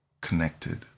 connected